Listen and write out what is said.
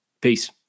Peace